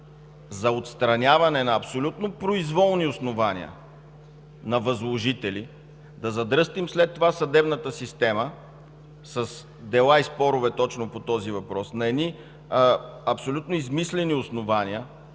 за отстраняване на абсолютно произволни основания на възложители, а след това да задръстим съдебната система с дела и спорове точно по този въпрос, на едни абсолютно измислени основания,